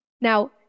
Now